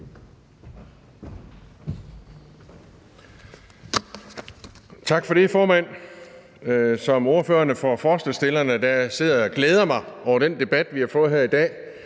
Tak for det, formand. Som ordfører for forslagsstillerne sidder jeg og glæder mig over den debat, vi har fået her i dag.